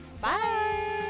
Bye